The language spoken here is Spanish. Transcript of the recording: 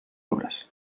obras